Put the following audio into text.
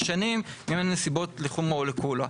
שנים אם אין נסיבות לחומרא או לקולא.